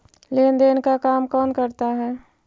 लेन देन का काम कौन करता है?